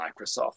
Microsoft